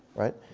right?